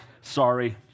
sorry